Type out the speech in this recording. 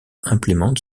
implémente